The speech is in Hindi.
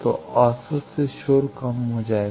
तो औसत से शोर कम हो जाएगा